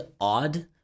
odd